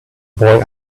boy